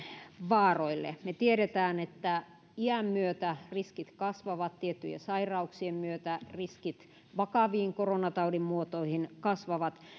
vaaroille me tiedämme että iän myötä riskit kasvavat tiettyjen sairauksien myötä riskit vakaviin koronataudin muotoihin kasvavat